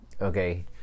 Okay